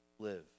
Live